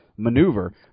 Maneuver